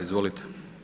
Izvolite.